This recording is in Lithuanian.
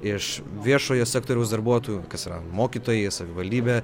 iš viešojo sektoriaus darbuotojų kas yra mokytojai savivaldybė